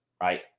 right